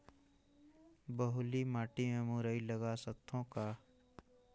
बलुही माटी मे मुरई लगा सकथव का?